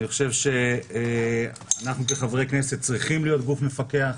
לדעתי אנחנו כחברי כנסת צריכים להיות גוף מפקח,